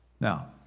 Now